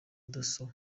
dasso